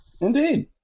Indeed